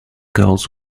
girls